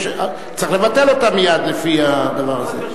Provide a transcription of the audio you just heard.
צריך לבטל אותה מייד לפי הדבר הזה.